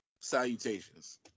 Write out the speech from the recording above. Salutations